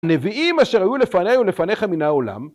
נביאים אשר היו לפניהם ולפניכם מן העולם